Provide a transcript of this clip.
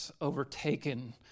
overtaken